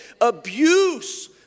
abuse